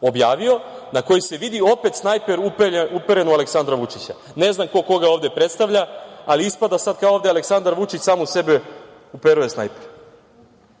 objavio, na kojoj se vidi opet snajper uperen u Aleksandra Vučića. Ne znam ko koga ovde predstavlja, ali ispada sad ovde da Aleksandar Vučić u samog sebe uperuje snajper. Ovo